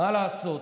מה לעשות?